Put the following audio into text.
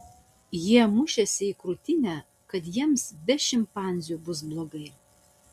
jie mušėsi į krūtinę kad jiems be šimpanzių bus blogai